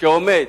שעומד